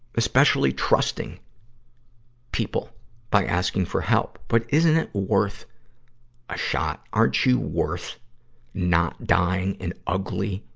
especially trusting people by asking for help. but isn't it worth a shot? aren't you worth not dying an ugly,